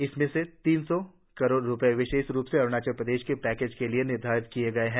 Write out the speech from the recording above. इसमें से तीन सौ करोड रूपये विशेष रूप से अरूणाचल प्रदेश के पैकेज के लिए निर्धारित किए गए हैं